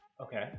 Okay